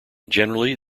generally